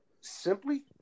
Simply